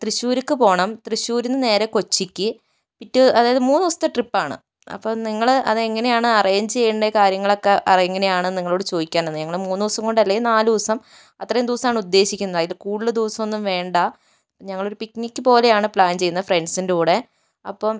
തൃശ്ശൂർക്ക് പോകണം തൃശ്ശൂരിൽ നിന്ന് നേരെ കൊച്ചിക്ക് പിറ്റേ അതായത് മൂന്ന് ദിവസത്തെ ട്രിപ്പാണ് അപ്പം നിങ്ങൾ അത് എങ്ങനെയാണ് അറേഞ്ച് ചെയ്യേണ്ടത് കാര്യങ്ങളൊക്കെ അത് എങ്ങനെയാണ് എന്ന് നിങ്ങളോട് ചോദിക്കുകയാണ് നിങ്ങൾ മൂന്ന് ദിവസം കൊണ്ട് അല്ലെങ്കിൽ നാല് ദിവസം അത്രയും ദിവസമാണ് ഉദ്ദേശിക്കുന്നത് അതിൽ കൂടുതൽ ദിവസം ഒന്നും വേണ്ട അപ്പം ഞങ്ങൾ ഒരു പിക്നിക് പോലെയാണ് പ്ലാൻ ചെയ്യുന്നത് ഫ്രണ്ട്സിൻ്റെ കൂടെ അപ്പം